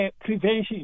prevention